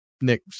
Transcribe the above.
nick